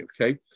okay